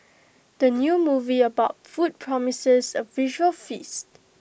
the new movie about food promises A visual feast